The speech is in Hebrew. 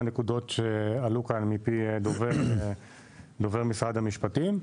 נקודות שעלו כאן מפי דובר משרד המשפטים.